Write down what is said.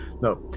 No